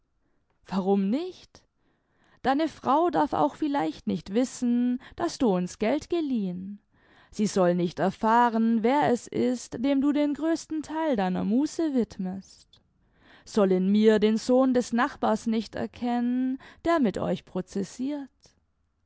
warum nicht deine frau darf auch vielleicht nicht wissen daß du uns geld geliehen sie soll nicht erfahren wer es ist dem du den größten theil deiner muße widmest soll in mir den sohn des nachbars nicht erkennen der mit euch processirt